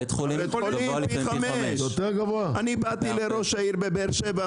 בית חולים גבוה לפעמים פי 5. באתי לראש העיר בבאר שבע,